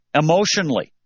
emotionally